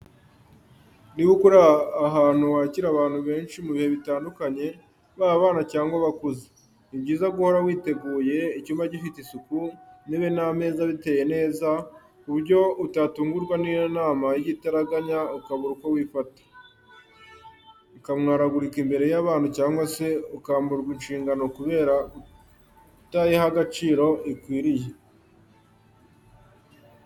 Niba ukorera ahantu wakira abantu benshi mu bihe bitandukanye, baba abana cyangwa abakuze, ni byiza guhora witeguye, icyumba gifite isuku, intebe n'ameza biteye neza, ku buryo utatungurwa n'inama y'igitaraganya ukabura uko wifata, ukamwaragurika imbere y'abantu cyangwa se ukamburwa inshingano kubera kutayiha agaciro ikwiriye.